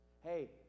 Hey